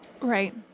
Right